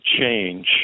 change